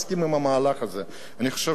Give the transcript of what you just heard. אני חושב שעם הדעות שלך,